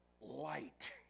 Light